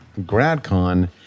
GradCon